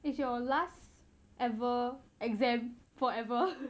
it's your last ever exam forever